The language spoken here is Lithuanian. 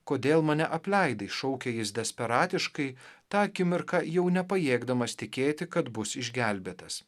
kodėl mane apleidai šaukė jis desperatiškai tą akimirką jau nepajėgdamas tikėti kad bus išgelbėtas